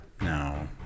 no